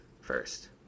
first